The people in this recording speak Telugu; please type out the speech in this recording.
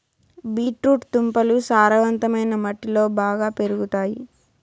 బీట్ రూట్ దుంపలు సారవంతమైన మట్టిలో బాగా పెరుగుతాయి